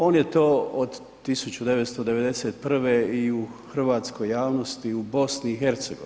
On je to od 1991. i u hrvatskoj javnosti u BiH.